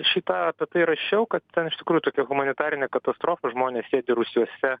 šį tą apie tai rašiau kad ten iš tikrųjų tokia humanitarinė katastrofa žmonės sėdi rūsiuose